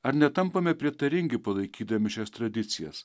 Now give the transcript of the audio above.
ar netampame prietaringi palaikydami šias tradicijas